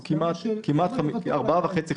כמעט ארבעה וחצי חודשים.